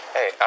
Hey